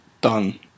done